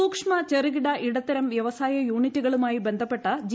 സൂക്ഷ്മ ചെറുകിട ഇടത്തരം വ്യവസായ യൂണിറ്റുകളുമായി ബന്ധപ്പെട്ട ജി